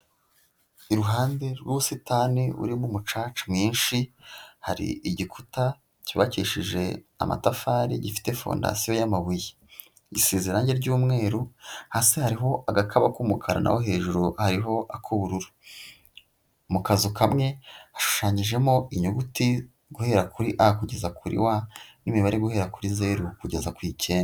Iruhande rw'ubusitani burimo umucaca mwinshi, hari igikuta cyubakishije amatafari, gifite fondasiyo y'amabuye, isize irangi ry'umweru, hasi hariho agakaba k'umukara, naho uwo hejuru hariho ak'ubururu, mu kazu kamwe hashushanyijemo inyuguti guhera kuri A kugeza kuri W n'imibare guhera kuri zeru kugeza ku icyenda.